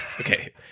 Okay